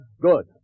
Good